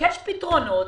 לבקש פתרונות